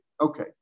Okay